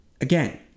Again